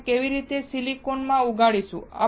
આપણે કેવી રીતે સિલિકોન ઉગાડીશું